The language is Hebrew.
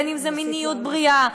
בין שזה מיניות בריאה,